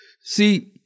See